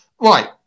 right